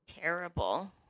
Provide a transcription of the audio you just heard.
terrible